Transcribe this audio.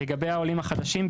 לגבי העולים החדשים,